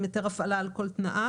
עם היתר הפעלה על כל תנאיו,